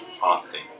fasting